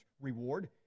reward